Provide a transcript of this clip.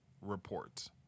reports